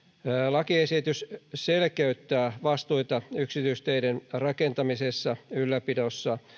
lakiesitys selkeyttää vastuita yksityisteiden rakentamisessa ylläpidossa